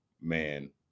man